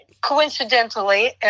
Coincidentally